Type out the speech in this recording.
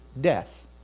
death